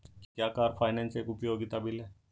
क्या car finance एक उपयोगिता बिल है?